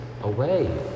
away